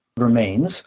remains